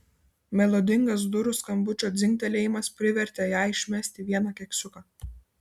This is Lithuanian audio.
melodingas durų skambučio dzingtelėjimas privertė ją išmesti vieną keksiuką